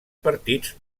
partits